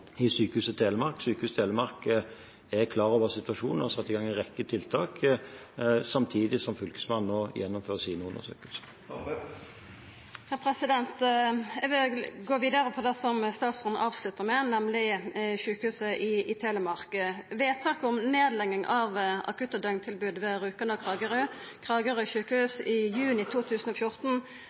Sykehuset Telemark. Sykehuset Telemark er klar over situasjonen og har satt i gang en rekke tiltak, samtidig som fylkesmannen nå gjennomfører sine undersøkelser. Eg vil gå vidare på det som statsråden avslutta med, nemleg Sjukehuset Telemark. Vedtaket om nedlegging av akutt- og døgntilboda ved Rjukan sjukehus og Kragerø sjukehus i juni 2014